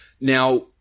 Now